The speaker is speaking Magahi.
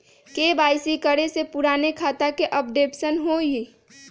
के.वाई.सी करें से पुराने खाता के अपडेशन होवेई?